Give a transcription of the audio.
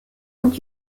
und